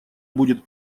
будет